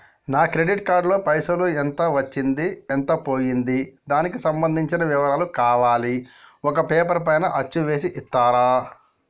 నా credit card లో పైసలు ఎంత వచ్చింది ఎంత పోయింది దానికి సంబంధించిన వివరాలు కావాలి ఒక పేపర్ పైన అచ్చు చేసి ఇస్తరా?